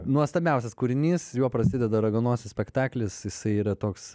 nuostabiausias kūrinys juo prasideda raganosis spektaklis jisai yra toks